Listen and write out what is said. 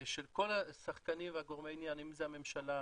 של כל השחקנים וגורמי העניין אם זה הממשלה,